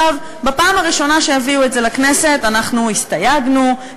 בפעם הראשונה שהביאו את זה לכנסת אנחנו הסתייגנו,